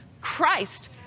Christ